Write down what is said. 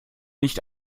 nicht